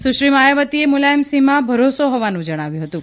સુશ્રી માયાવતીએ મુલાયમસિંહમાં ભરોસો હોવાનું જજ્ઞાવ્યું હતું